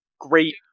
great